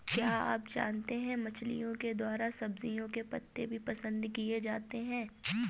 क्या आप जानते है मछलिओं के द्वारा सब्जियों के पत्ते भी पसंद किए जाते है